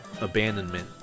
abandonment